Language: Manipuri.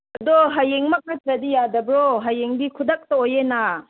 ꯑꯗꯣ ꯍꯌꯦꯡꯃꯛ ꯅꯠꯇ꯭ꯔꯗꯤ ꯌꯥꯗꯕ꯭ꯔꯣ ꯍꯌꯦꯡꯗꯤ ꯈꯨꯗꯛꯇ ꯑꯣꯏꯌꯦꯅ